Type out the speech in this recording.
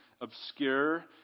obscure